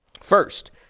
first